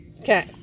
Okay